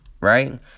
right